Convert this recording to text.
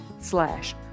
slash